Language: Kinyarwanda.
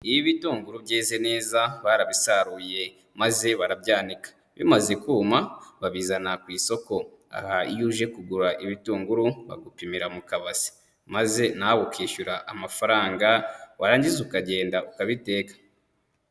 Ibitunguru byeze neza barabisaruye maze barabyaka, bimaze kuma babizana ku isoko. Aha iyo uje kugura ibitunguru bagupimira mu kabase, maze nawe ukishyura amafaranga warangiza ukagenda ukabiteka.